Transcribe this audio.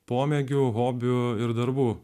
pomėgių hobių ir darbų